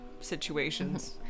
situations